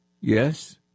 Yes